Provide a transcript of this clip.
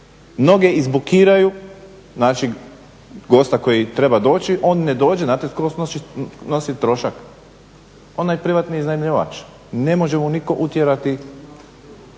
mnoge i zablokiraju znači gosta koji treba doći, on ne dođe, znate tko snosi trošak onaj privatni iznajmljivač, ne može mu nitko utjerati